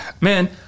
man